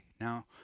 Now